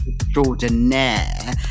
extraordinaire